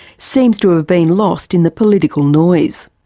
seems to have been lost in the political noise.